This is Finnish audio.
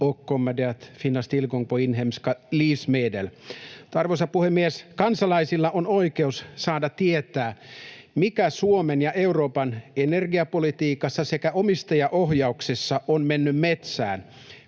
och kommer det att finnas tillgång på inhemska livsmedel. Kansalaisilla on oikeus saada tietää, mikä Suomen ja Euroopan energiapolitiikassa sekä omistajaohjauksessa on mennyt metsään,